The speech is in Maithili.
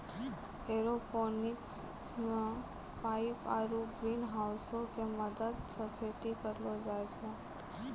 एयरोपोनिक्स मे पाइप आरु ग्रीनहाउसो के मदत से खेती करलो जाय छै